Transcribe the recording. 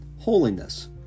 Holiness